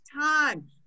time